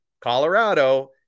Colorado